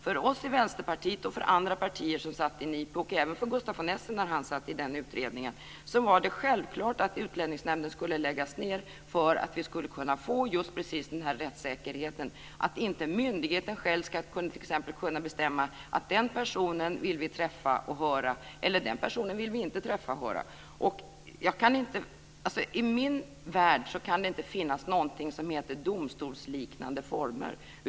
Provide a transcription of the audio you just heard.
För oss i Vänsterpartiet och för andra partier som satt i NIPU, även för Gustaf von Essen när han satt i den utredningen, var det självklart att Utlänningsnämnden skulle läggas ned för att vi skulle kunna få just precis den här rättssäkerheten så att inte myndigheten t.ex. ska kunna bestämma att den personen vill vi träffa och höra och den personen vill vi inte träffa och höra. I min värld kan det inte finnas någonting som heter domstolsliknande former.